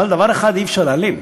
אבל דבר אחד אי-אפשר להעלים: